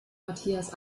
matthias